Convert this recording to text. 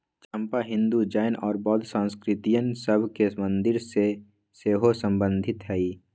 चंपा हिंदू, जैन और बौद्ध संस्कृतिय सभ के मंदिर से सेहो सम्बन्धित हइ